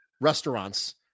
restaurants